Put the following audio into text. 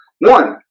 One